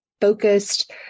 focused